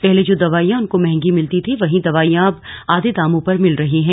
पहले जो दवाईयां उनको महंगी मिलती थी वही दवाइयां अब आधे दामों पर मिल रही हैं